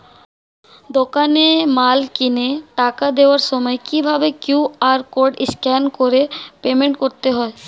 দোকানে মাল কিনে টাকা দেওয়ার সময় কিভাবে কিউ.আর কোড স্ক্যান করে পেমেন্ট করতে হয়?